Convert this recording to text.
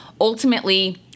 ultimately